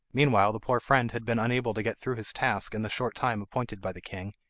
meanwhile the poor friend had been unable to get through his task in the short time appointed by the king,